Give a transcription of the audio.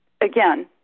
again